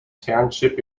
township